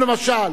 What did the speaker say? אם למשל